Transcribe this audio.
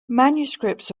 manuscripts